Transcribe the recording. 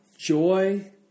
joy